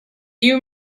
you